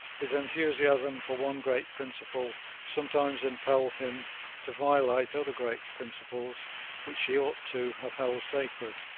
his enthusiasm for one great principle sometimes impelled him to violate other great principles which he ought to have held sacred.